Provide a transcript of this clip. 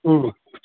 ꯎꯝ